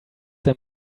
them